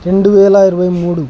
రెండు వేల ఇరవై మూడు